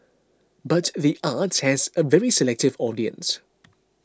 but the arts has a very selective audience